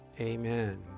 amen